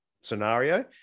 scenario